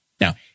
Now